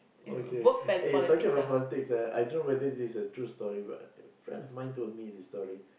okay eh talking about politics ah I don't know whether this is a true story but a friend of mine told me this story